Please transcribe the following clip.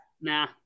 Nah